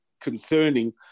concerning